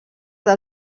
del